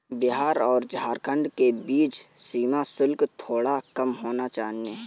बिहार और झारखंड के बीच सीमा शुल्क थोड़ा कम होना चाहिए